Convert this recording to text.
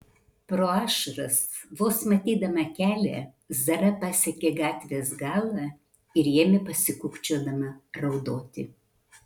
pro ašaras vos matydama kelią zara pasiekė gatvės galą ir ėmė pasikūkčiodama raudoti